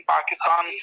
Pakistan